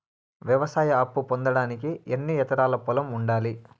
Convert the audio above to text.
వ్యవసాయ అప్పు పొందడానికి ఎన్ని ఎకరాల పొలం ఉండాలి?